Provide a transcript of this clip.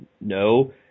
No